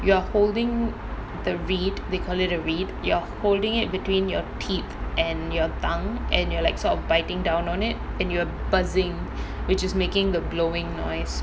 you are holding the reed they call it a reed you're holding it between your teeth and your tongue and you're like sort of biting down on it and you are buzzing which is making the blowing noise